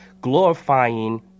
glorifying